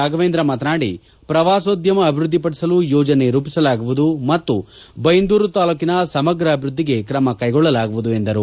ರಾಘವೇಂದ್ರ ಮಾತನಾಡಿ ಪ್ರವಾಸೋದ್ದಮ ಅಭಿವೃದ್ದಿಪಡಿಸಲು ಯೋಜನೆ ರೂಪಿಸಲಾಗುವುದು ಮತ್ತು ಬೈಂದೂರು ತಾಲೂಕಿನ ಸಮಗ್ರ ಅಭಿವೃದ್ದಿಗೆ ತ್ರಮ ಕೈಗೊಳ್ಳಲಾಗುವುದು ಎಂದರು